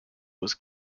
was